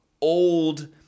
old